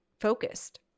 focused